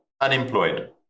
unemployed